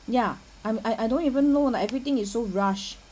ya I'm I I don't even know like everything is so rush